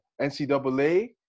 NCAA